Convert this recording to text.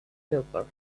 helper